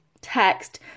text